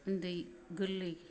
उन्दै गोरलै